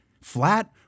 flat